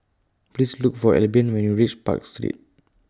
Please Look For Albion when YOU REACH Park Street